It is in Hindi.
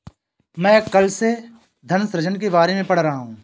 मैं कल से धन सृजन के बारे में पढ़ रहा हूँ